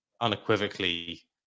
unequivocally